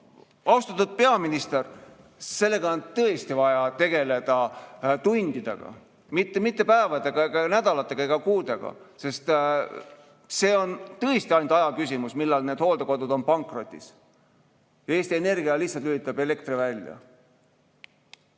Austatud peaminister! Sellega on tõesti vaja tegeleda tundidega, mitte päevade või nädalate ega kuudega, sest see on ainult aja küsimus, millal need hooldekodud on pankrotis. Eesti Energia lihtsalt lülitab elektri välja.